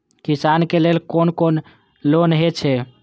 किसान के लेल कोन कोन लोन हे छे?